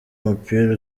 umupira